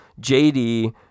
JD